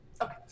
Okay